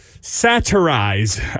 satirize